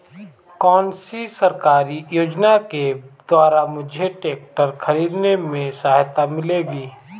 कौनसी सरकारी योजना के द्वारा मुझे ट्रैक्टर खरीदने में सहायता मिलेगी?